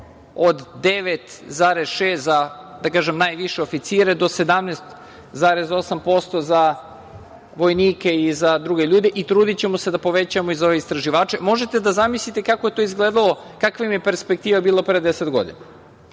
od 9,6 za najviše oficire do 17,8% za vojnike i za druge ljude i trudićemo se da povećamo i za ove istraživače. Možete da zamislite kako je to izgledalo, kakva im je perspektiva bila pre deset godina. Dakle,